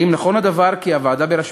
האם נכון הדבר כי הוועדה בראשותך,